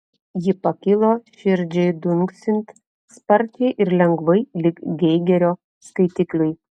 ji pakilo širdžiai dunksint sparčiai ir lengvai lyg geigerio skaitikliui